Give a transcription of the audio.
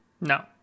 No